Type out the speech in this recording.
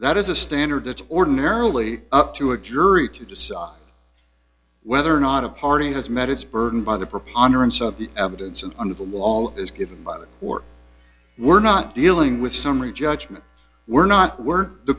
that is a standard that's ordinarily up to a jury to decide whether or not a party has met its burden by the preponderance of the evidence and on the wall is given by the court we're not dealing with summary judgment we're not we're the